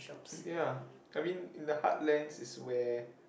ya I mean the heartlands is where